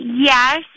Yes